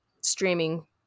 streaming